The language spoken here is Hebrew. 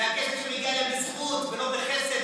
זה הכסף שמגיע להם בזכות ולא בחסד,